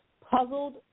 puzzled